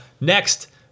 Next